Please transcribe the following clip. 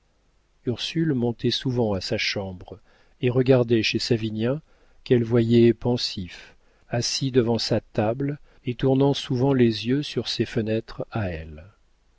ursule montait souvent à sa chambre et regardait chez savinien qu'elle voyait pensif assis devant sa table et tournant souvent les yeux sur ses fenêtres à elle